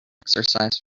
exercise